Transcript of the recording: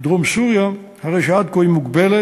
בדרום סוריה, הרי שעד כה היא מוגבלת